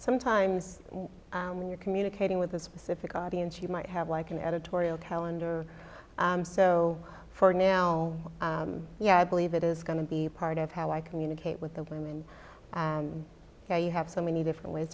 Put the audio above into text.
sometimes when you're communicating with a specific audience you might have like an editorial calender so for now yeah i believe it is going to be part of how i communicate with the women where you have so many different ways